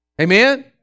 Amen